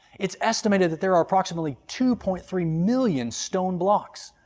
it's estimated that there are approximately two point three million stone blocks,